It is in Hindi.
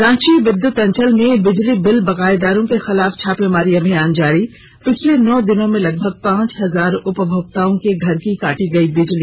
रांची विद्युत अंचल में बिजली बिल बकायेदारों के खिलाफ छापेमारी अभियान जारी पिछले नौ दिनों में लगभग पांच हजार उपभोक्ताओं के घर की काटी गयी बिजली